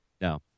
No